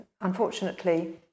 Unfortunately